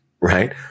right